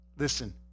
Listen